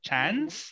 chance